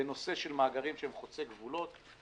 בנושא של מאגרים שהם חוצי גבולות,